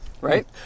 right